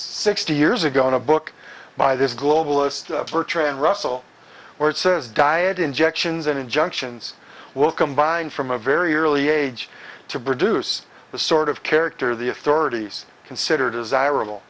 sixty years ago in a book by this globalist virtue and russell where it says diet injections and injunctions will combine from a very early age to produce the sort of character the authorities consider desirable